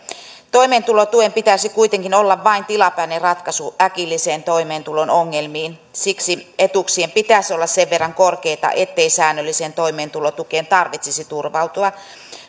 toimeentulotuen pitäisi kuitenkin olla vain tilapäinen ratkaisu äkillisiin toimeentulon ongelmiin siksi etuuksien pitäisi olla sen verran korkeita ettei säännölliseen toimeentulotukeen tarvitsisi turvautua